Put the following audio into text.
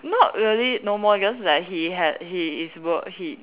not really no more because like he ha~ he is wo~ he